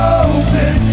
open